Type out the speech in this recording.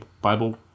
Bible